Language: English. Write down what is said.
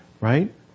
right